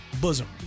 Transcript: bosom